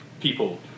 people